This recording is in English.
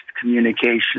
communication